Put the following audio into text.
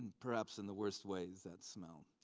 perhaps in the worst way, that smell.